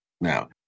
Now